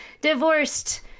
divorced